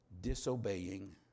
disobeying